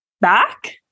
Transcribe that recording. back